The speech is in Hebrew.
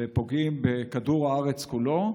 ופוגעים בכדור הארץ כולו.